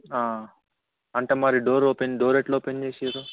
అంటే మరి door open door ఎట్లా ఓపెన్ చేసినారు